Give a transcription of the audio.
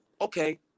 Okay